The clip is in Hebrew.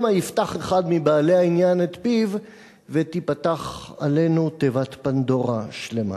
שמא יפתח אחד מבעלי העניין את פיו ותיפתח עלינו תיבת פנדורה שלמה.